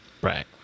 Right